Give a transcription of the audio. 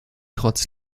trotz